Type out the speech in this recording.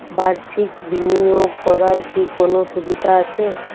বাষির্ক বিনিয়োগ করার কি কোনো সুবিধা আছে?